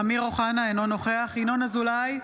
אמיר אוחנה, אינו נוכח ינון אזולאי,